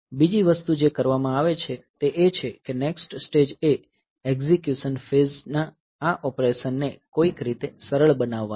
બીજી વસ્તુ જે કરવામાં આવે છે તે એ છે કે નેક્સ્ટ સ્ટેજ એ એક્ઝીક્યુશન ફેઝ ના આ ઓપરેશન ને કોઈક રીતે સરળ બનાવવાનો છે